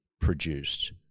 produced